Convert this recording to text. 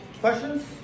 questions